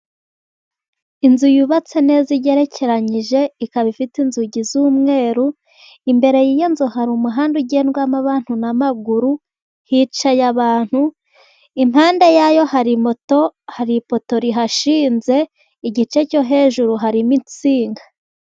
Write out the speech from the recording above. Inzu yubatse neza igerekeranyije, ikaba ifite inzugi z'umweru, imbere y'iyo nzu hari umuhanda ugendwamo abantu n'amaguru, hicaye abantu iruhande rwaho hari moto, hari ipoto rihashinze igice cyo hejuru harimo insinga.